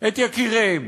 את יקיריהן,